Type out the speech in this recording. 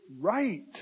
right